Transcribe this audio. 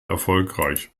erfolgreich